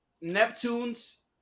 Neptune's